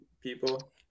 people